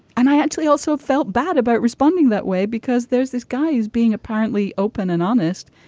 and i actually also felt bad about responding that way because there's this guy who's being apparently open and honest.